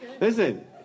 Listen